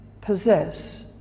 possess